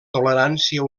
tolerància